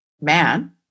man